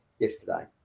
Yesterday